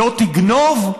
"לא תגנוב".